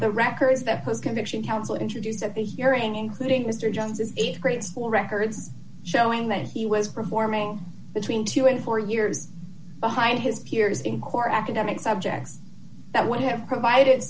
the records that post conviction counsel introduced at the hearing including mr jones's th grade school records showing that he was performing between two and four years behind his peers in core academic subjects that would have provided